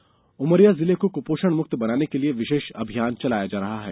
कुपोषण अभियान उमरिया जिले को कुपोषण मुक्त बनाने का लिए विशेष अभियान चलाया जा रहा है